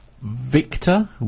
Victor